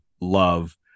love